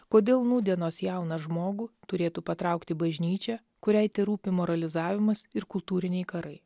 kodėl nūdienos jauną žmogų turėtų patraukti bažnyčia kuriai terūpi moralizavimas ir kultūriniai karai